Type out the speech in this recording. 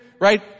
right